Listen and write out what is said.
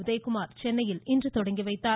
உதயகுமார் சென்னையில் இன்று தொடங்கி வைத்தார்